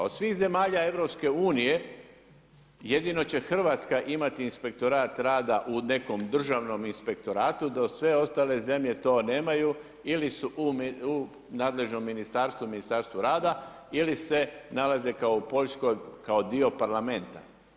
Od svih zemalja Europske unije jedino će Hrvatska imati inspektorat rada u nekom državnom inspektoratu, dok sve ostale zemlje to nemaju ili su u nadležnom ministarstvu, Ministarstvu rada, ili se nalaze kao u Poljskoj, kao dio Parlamenta.